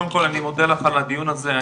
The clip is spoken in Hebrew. קודם כל אני מודה לך על הדיון הזה.